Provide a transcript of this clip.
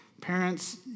Parents